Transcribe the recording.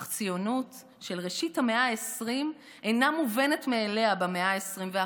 אך ציונות של ראשית המאה ה-20 אינה מובנת מאליה במאה ה-21.